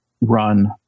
run